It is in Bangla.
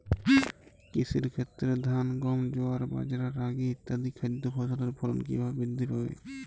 কৃষির ক্ষেত্রে ধান গম জোয়ার বাজরা রাগি ইত্যাদি খাদ্য ফসলের ফলন কীভাবে বৃদ্ধি পাবে?